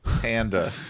panda